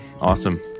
Awesome